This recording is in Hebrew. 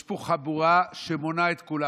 יש פה חבורה שמונה את כולם.